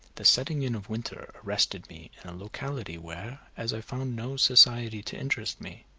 the setting in of winter arrested me in a locality where, as i found no society to interest me,